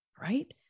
right